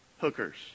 Hookers